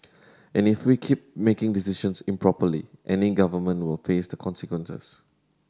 and if we keep making decisions improperly any government will face the consequences